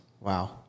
Wow